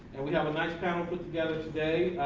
and we have a nice panel put together today.